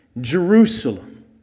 Jerusalem